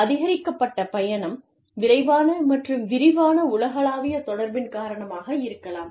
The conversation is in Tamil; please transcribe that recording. அதிகரிக்கப்பட்ட பயணம் விரைவான மற்றும் விரிவான உலகளாவிய தொடர்பின் காரணமாக இருக்கலாம்